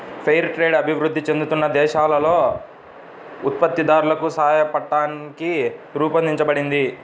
fair trade అభివృద్ధి చెందుతున్న దేశాలలో ఉత్పత్తిదారులకు సాయపట్టానికి రూపొందించబడింది